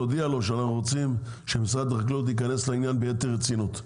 תודיע לו שאנחנו רוצים שמשרד החקלאות יכנס לעניין ביתר רצינות.